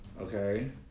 okay